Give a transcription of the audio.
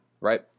right